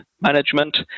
management